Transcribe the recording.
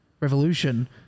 revolution